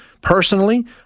personally